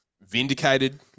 vindicated